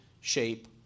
shape